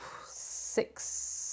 six